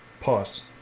Pause